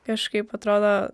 kažkaip atrodo